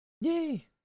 Yay